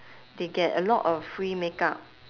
they get a lot of free makeup